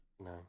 no